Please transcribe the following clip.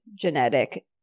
genetic